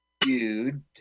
dude